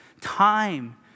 time